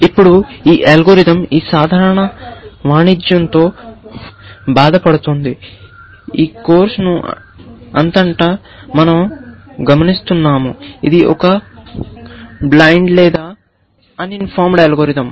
ఇప్పుడు ఈ అల్గోరిథం ఈ సాధారణ వాణిజ్యంతో బాధపడుతోంది ఈ కోర్సు అంతటా మనం గమనిస్తున్నాము ఇది ఒక బ్లైండ్ లేదా తెలియని అల్గోరిథం